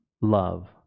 love